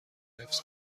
حفظ